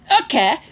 Okay